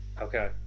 Okay